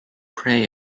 prey